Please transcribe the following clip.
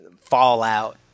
fallout